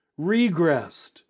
regressed